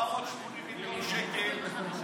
480 מיליון שקל.